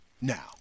Now